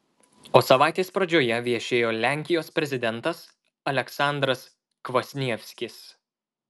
o savaitės pradžioje viešėjo lenkijos prezidentas aleksandras kvasnievskis